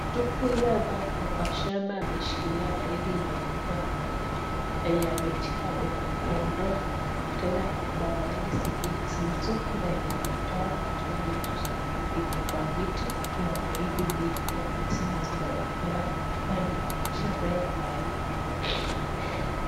Mtu huyu ambaye ako kwa shamba ameshikilia mahindi yenye ametoa amedondoa tena kuna mahindi zingine zilizo kuna yenye ametoa iko kwa miti kuna mahindi mingi zenye zinaonekana kwa hapa ni shamba ya mahindi.